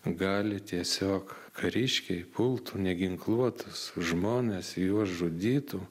gali tiesiog kariškiai pult neginkluotus žmones juos žudytų